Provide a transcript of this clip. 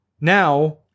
now